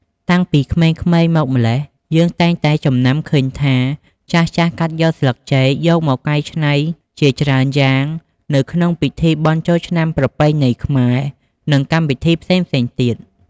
តាំងពីក្មេងៗមកម្ល៉េះ យើងតែងតែចំណាំឃើញថា ចាស់ៗកាត់យកស្លឹកចេកយកមកចាត់ចែងកែច្នៃជាច្រើនយ៉ាងនៅក្នុងពិធីបុណ្យចូលឆ្នាំប្រពៃណីខ្មែរ និងកម្មវិធីផ្សេងៗទៀត។